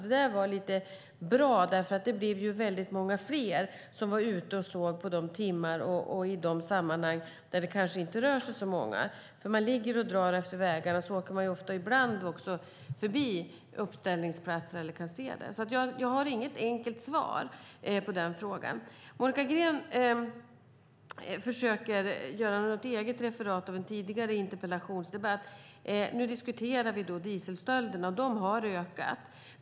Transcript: Det var lite bra, för det blev väldigt många fler som var ute och såg på de timmar och i de sammanhang då det kanske inte rör sig så många. Ligger man och drar efter vägarna åker man ju ibland också förbi uppställningsplatser och kan se dem. Jag har alltså inget enkelt svar på denna fråga. Monica Green försöker göra ett eget referat av en tidigare interpellationsdebatt. Nu diskuterar vi dieselstölderna, och de har ökat.